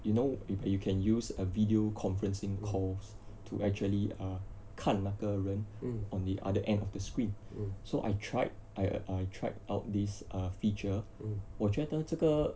you know if you can use a video conferencing calls to actually ah 看那个人 on the other end of the screen so I tried I tried out these err feature 我觉得这个